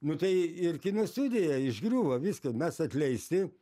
nu tai ir kino studija išgriūvo viską mes atleisti